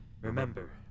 Remember